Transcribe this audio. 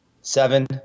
seven